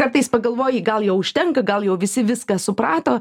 kartais pagalvoji gal jau užtenka gal jau visi viską suprato